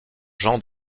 jean